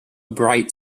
bright